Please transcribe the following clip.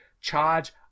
charge